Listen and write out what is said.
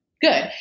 good